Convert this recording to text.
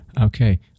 Okay